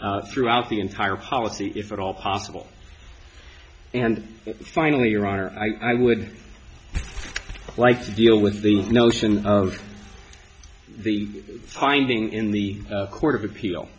throughout the entire policy if at all possible and finally your honor i would like to deal with these notion of the finding in the court of appeal